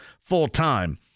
full-time